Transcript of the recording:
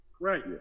Right